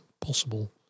possible